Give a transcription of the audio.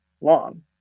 long